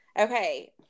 Okay